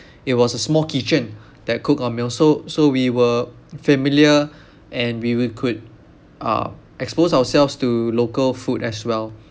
it was a small kitchen that cooked our meals so so we were familiar and we we could uh expose ourselves to local food as well